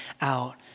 out